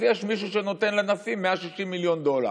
אז יש מישהו שנותן לנשיא 160 מיליון דולר,